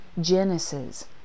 Genesis